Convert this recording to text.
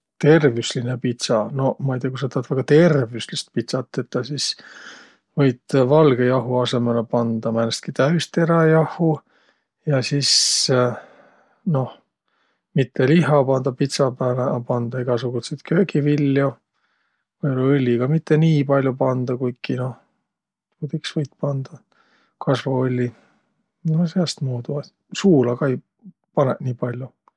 Tervüsline pitsa? Noq, ma'i tiiäq, ku sa tahat väega tervüslist pitsat tetäq, sis valgõ jahu asõmalõ pandaq määnestki täüsteräjahhu ja sis, noh, mitte lihha pandaq pitsa pääle, a pandaq egäsugutsit köögiviljo. Või-ollaq õlli ka mitte nii pall'o pandaq, kuiki noh, tuud iks võit pandaq, kasvoõlli. No säänestmuudu. Suula kah ei panõq nii pall'o.